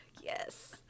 Yes